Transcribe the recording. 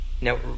Now